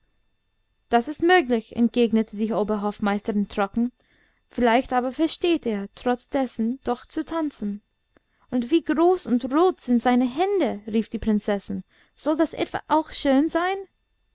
das ist möglich entgegnete die oberhofmeisterin trocken vielleicht aber versteht er trotz dessen doch zu tanzen und wie groß und rot sind seine hände rief die prinzessin soll das etwa auch schön sein